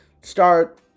start